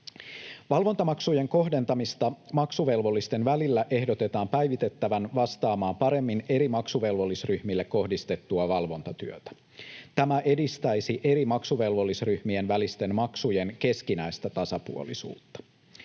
Valvontamaksujen kohdentamista maksuvelvollisten välillä ehdotetaan päivitettävän vastaamaan paremmin eri maksuvelvollisryhmille kohdistettua valvontatyötä. Tämä edistäisi eri maksuvelvollisryhmien välisten maksujen keskinäistä tasapuolisuutta.